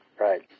Right